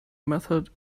method